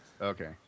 Okay